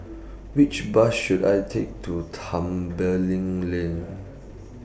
Which Bus should I Take to Tembeling Lane